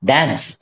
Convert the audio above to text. Dance